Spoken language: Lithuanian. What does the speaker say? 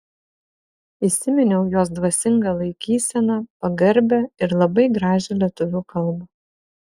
įsiminiau jos dvasingą laikyseną pagarbią ir labai gražią lietuvių kalbą